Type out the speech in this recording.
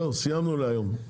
זהו, סיימנו להיום.